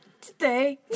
today